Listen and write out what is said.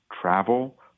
travel